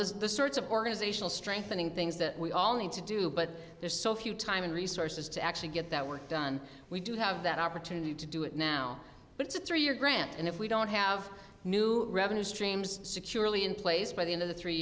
is the sorts of organizational strengthening things that we all need to do but there's so few time and resources to actually get that work done we do have that opportunity to do it now but it's a three year grant and if we don't have new revenue streams securely in place by the end of the three